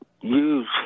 use